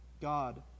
God